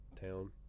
town